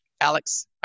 alex